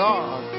God